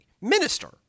Minister